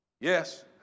yes